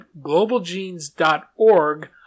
globalgenes.org